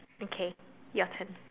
okay your turn